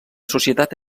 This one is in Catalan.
societat